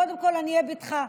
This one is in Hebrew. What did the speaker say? קודם כול עניי ביתך.